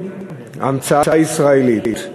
המצאה ישראלית,